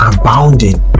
abounding